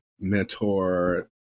mentor